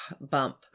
bump